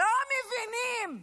לא מבינים.